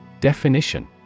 Definition